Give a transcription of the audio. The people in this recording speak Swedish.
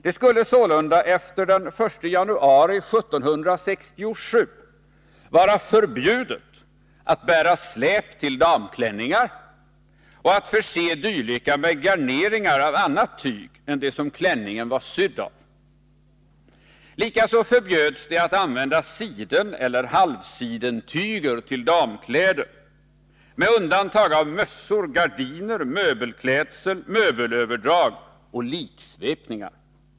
Det skulle sålunda efter den 1 januari 1767 vara förbjudet att bära släp till damklänningar och att förse dylika med garneringar av annat tyg än det som klänningen var sydd av. Likaså förbjöds det att använda sideneller halvsidentyger till damkläder, med undantag av mössor, gardiner, möbelklädsel, möbelöverdrag och liksvepningar.